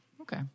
Okay